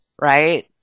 Right